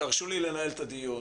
חברים, תרשו לי לנהל את הדיון.